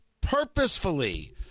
purposefully